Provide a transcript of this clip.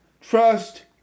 trust